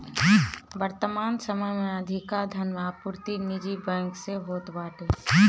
वर्तमान समय में अधिका धन आपूर्ति निजी बैंक से होत बाटे